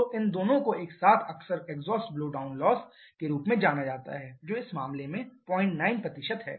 तो इन दोनों को एक साथ अक्सर एग्जॉस्ट ब्लो डाउन लॉस के रूप में जाना जाता है जो इस मामले में 09 है